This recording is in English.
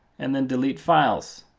and then delete files.